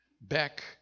back